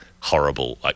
horrible